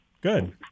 Good